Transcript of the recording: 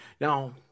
Now